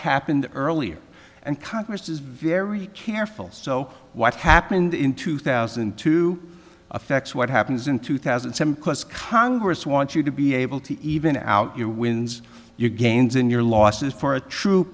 happened earlier and congress is very careful so what happened in two thousand and two affects what happens in two thousand and seven close congress wants you to be able to even out your wins your gains in your losses for a true